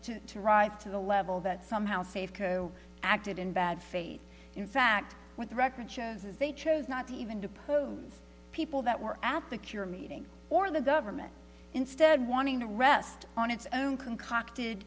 to to write to the level that somehow safeco acted in bad faith in fact what the record shows is they chose not to even depose people that were at the cure meeting or the government instead wanting to rest on its own concocted